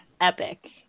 epic